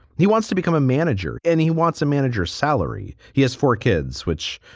he wants to become a manager and he wants a manager salary. he has four kids, which,